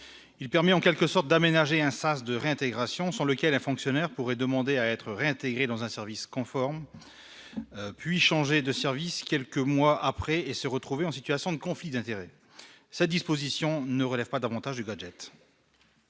il permet en quelque sorte d'aménager un sas de réintégration sur lequel un fonctionnaire pourrait demander à être réintégrée dans un service conforme puis changer de service, quelques mois après et se retrouver en situation de conflit d'intérêts, cette disposition ne relève pas davantage du gadget.